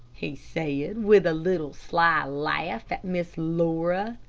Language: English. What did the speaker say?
he said, with a little, sly laugh at miss laura.